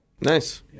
Nice